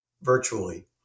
virtually